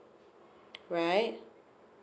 right